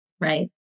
Right